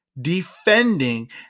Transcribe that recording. defending